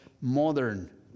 modern